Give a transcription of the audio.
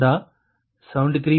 4 to 78